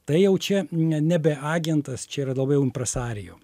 tai jau čia ne nebe agentas čia yra labiau impresarijum